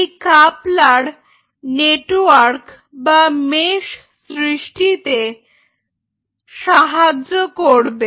এই coupler network বা mesh সৃষ্টিতে সাহায্য করবে